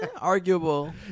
Arguable